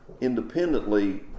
independently